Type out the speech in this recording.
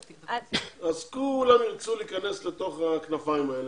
אז כולם ירצו להיכנס לתוך הכנפיים האלה.